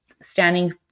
standing